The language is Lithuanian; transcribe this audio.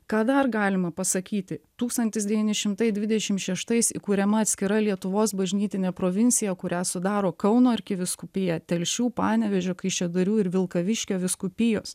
ką dar galima pasakyti tūkstantis devyni šimtai dvidešim šeštais įkuriama atskira lietuvos bažnytinė provincija kurią sudaro kauno arkivyskupija telšių panevėžio kaišiadorių ir vilkaviškio vyskupijos